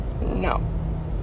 no